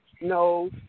no